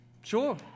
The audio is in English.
Sure